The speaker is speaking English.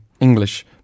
English